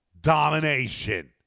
Domination